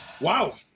Wow